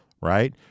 Right